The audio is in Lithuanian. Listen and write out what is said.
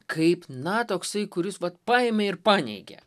kaip na toksai kuris vat paėmė ir paneigė